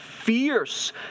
fierce